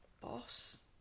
boss